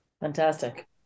Fantastic